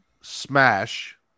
Smash